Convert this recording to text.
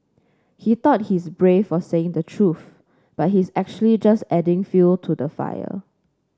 he thought he's brave for saying the truth but he's actually just adding fuel to the fire